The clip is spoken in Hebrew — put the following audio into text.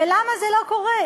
ולמה זה לא קורה?